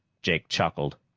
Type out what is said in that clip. jake chuckled.